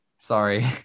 Sorry